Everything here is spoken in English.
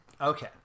Okay